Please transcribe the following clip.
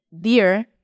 dear